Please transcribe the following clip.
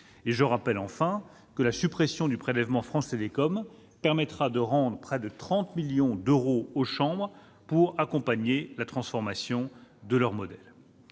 Je rappelle enfin que la suppression du prélèvement « France Télécom » permettra de rendre près de 30 millions d'euros aux chambres pour accompagner la transformation de leur modèle.